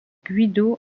guido